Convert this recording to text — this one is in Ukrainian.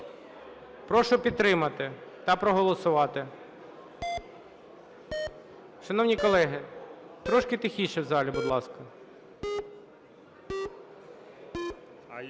Прошу підтримати та проголосувати. Шановні колеги, трошки тихіше в залі, будь ласка.